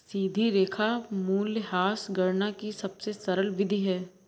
सीधी रेखा मूल्यह्रास गणना की सबसे सरल विधि है